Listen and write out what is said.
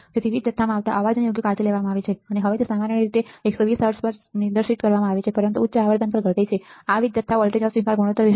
તેથી વીજ જથ્થામાં આવતા અવાજની યોગ્ય કાળજી લેવામાં આવે છે અને હવે તે સામાન્ય રીતે સામાન્ય રીતે 120 હર્ટ્ઝ પર નિર્દિષ્ટ કરવામાં આવે છે પરંતુ તે ઉચ્ચ આવર્તન પર ઘટે છે આ વીજ જથ્થા વોલ્ટેજ અસ્વીકાર ગુણોત્તર વિશે છે